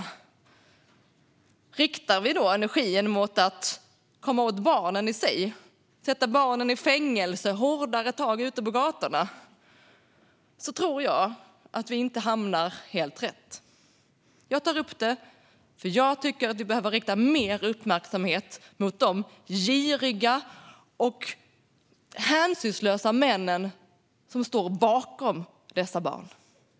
Om vi då riktar vi energin mot att komma åt barnen i sig, sätta barnen i fängelse och ta hårdare tag ute på gatorna tror jag att vi inte hamnar helt rätt. Jag tar upp det därför att jag tycker att vi behöver rikta mer uppmärksamhet mot de giriga och hänsynslösa män som står bakom dessa barn.